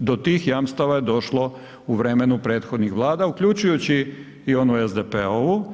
Do tih jamstava je došlo u vremenu prethodnih Vlada uključujući onu SDP-ovu